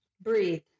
Breathe